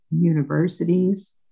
universities